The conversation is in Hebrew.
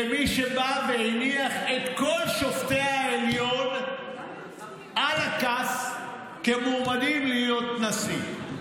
כמי שבא והניח את כל שופטי העליון על הכף כמועמדים להיות נשיא.